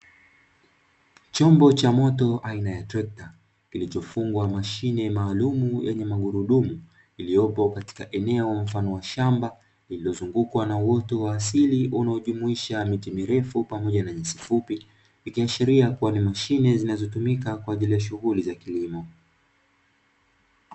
Chombo cha moto aina ya trekta kilichofungwa mashine aina ya gururdumu iliyopo katika eneo mafano wa shamba lililozungukwa na uoto wa asili unaojumuisha miti mirefu pamoja na nyasi fupi, ikiashiria kuwa ni mashine zinazotumika kwa ajili ya shughuli za kilimo.